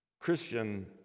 Christian